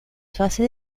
fase